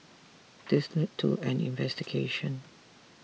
this led to an investigation